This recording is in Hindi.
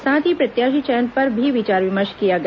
साथ ही प्रत्याशी चयन पर भी विचार विमर्श किया गया